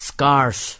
Scars